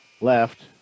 left